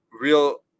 real